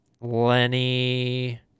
Lenny